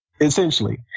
essentially